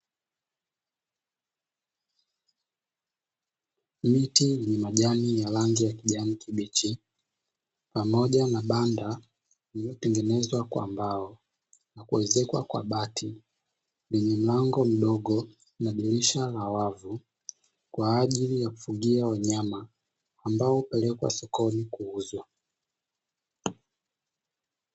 Miti yenye majani ya rangi ya kijani kibichi, pamoja na banda lililotengenezwa kwa mbao na kuezekwa kwa bati, lenye mlango mdogo na dirisha la wavu kwa ajili ya kufugia wanyama ambao hupelekwa sokoni kuuzwa.